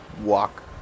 walk